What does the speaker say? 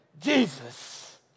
Jesus